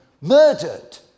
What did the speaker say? Murdered